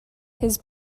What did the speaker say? his